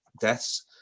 deaths